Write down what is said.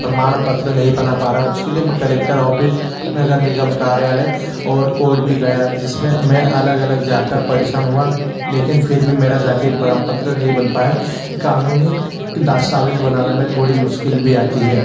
प्रमाणपत्र नहीं बना पा रहा हूँ उसके लिए मैं कलेक्टर ऑफ़िस नगर निगम कार्यालय और कोर्ट भी गया जिसमें मैं अलग अलग जाकर परेशान हुआ लेकिन फिर भी मेरा जाति प्रमाणपत्र नहीं बन पाया कानूनी दस्तावेज बनाने में थोड़ी मुश्किल भी आती है